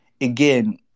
again